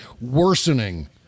worsening